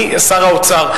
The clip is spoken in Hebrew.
שר האוצר,